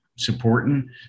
supporting